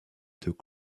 deux